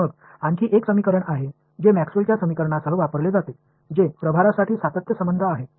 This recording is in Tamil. பின்னர் மற்றொரு சமன்பாடு உள்ளது இது மேக்ஸ்வெல்லின் Maxwell's சமன்பாடுகளுடன் பயன்படுத்தப்படுகிறது இது சார்ஜ் ற்கான தொடர்ச்சியான உறவாகும்